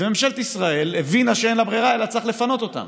וממשלת ישראל הבינה שאין לה ברירה אלא צריך לפנות אותם.